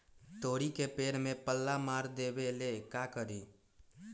तोड़ी के पेड़ में पल्ला मार देबे ले का करी?